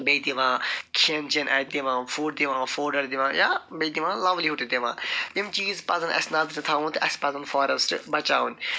بیٚیہِ دِوان کھٮ۪ن چٮ۪ن اَتہِ دِوان فُڈ دِوان فوڈَر دِوان یا بیٚیہِ دِوان لایِولِہُڈ تہِ دِوان یِم چیٖز پَزَن اَسہِ نَظرِ تھاوُن تہٕ اَسہِ پَزَن فارٮ۪سٹ بَچاوٕنۍ